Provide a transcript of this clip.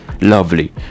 lovely